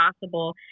possible